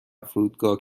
فرودگاه